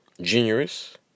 generous